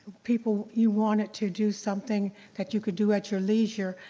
people, you wanted to do something that you could do at your leisure.